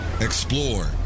explore